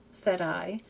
said i,